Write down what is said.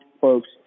folks